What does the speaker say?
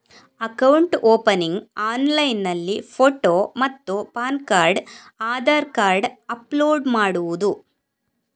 Account opening ಆನ್ಲೈನ್ನಲ್ಲಿ photo ಮತ್ತು PAN card Aadhaar card upload ಮಾಡುವುದು?